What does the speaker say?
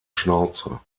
schnauze